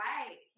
Right